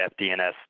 FDNS